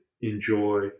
enjoy